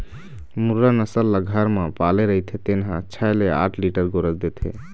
मुर्रा नसल ल घर म पाले रहिथे तेन ह छै ले आठ लीटर गोरस देथे